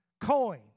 coin